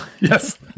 Yes